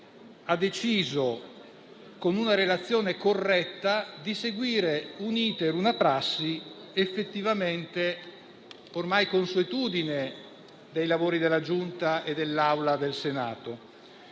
deciso, con una relazione corretta, di seguire un *iter* e una prassi che sono effettivamente ormai consuetudine dei lavori della Giunta e dell'Assemblea.